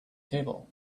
table